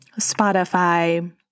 Spotify